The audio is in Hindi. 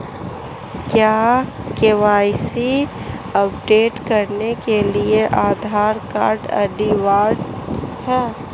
क्या के.वाई.सी अपडेट करने के लिए आधार कार्ड अनिवार्य है?